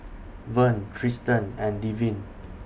Vern Triston and Devin